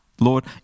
Lord